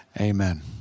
amen